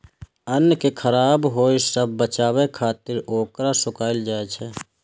अन्न कें खराब होय सं बचाबै खातिर ओकरा सुखायल जाइ छै